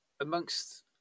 amongst